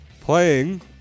playing